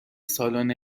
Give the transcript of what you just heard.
سالن